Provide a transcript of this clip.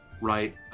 right